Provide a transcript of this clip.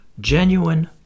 genuine